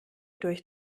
durch